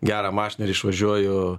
gerą mašiną ir išvažiuoju